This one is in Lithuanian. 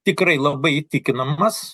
tikrai labai įtikinamas